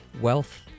wealth